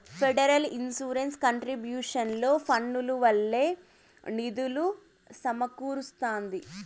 federal insurance contribution పన్నుల వల్లే నిధులు సమకూరస్తాంది